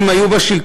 אם הם היו בשלטון,